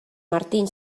martín